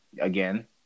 again